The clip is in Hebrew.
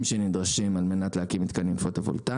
הנדרשים על מנת להקים מתקנים פוטו-וולטאים,